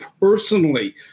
personally